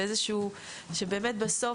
שבסוף,